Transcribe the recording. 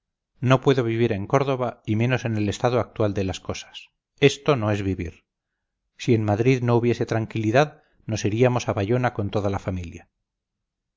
no puedo vivir en córdoba y menos en el estado actual de las cosas esto no es vivir si en madrid no hubiese tranquilidad nos iríamos a bayona con toda la familia